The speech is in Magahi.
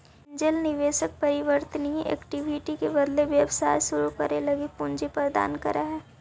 एंजेल निवेशक परिवर्तनीय इक्विटी के बदले व्यवसाय शुरू करे लगी पूंजी प्रदान करऽ हइ